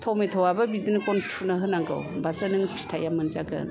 टमाट'आबो बिदिनो गन थुनानै होनांगौ होनबासो नों फिथाइआ मोनजागोन